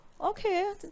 Okay